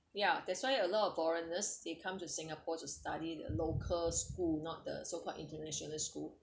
ya that's why a lot of foreigners they come to singapore to study the local school not the so called international school